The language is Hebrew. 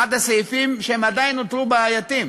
אחד הסעיפים שעדיין נותרו בעייתיים,